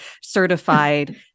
certified